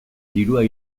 dirua